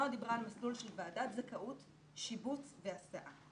נועה דיברה על מסלול של ועדת זכאות, שיבוץ והסעה.